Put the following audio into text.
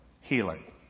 healing